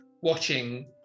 watching